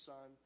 Son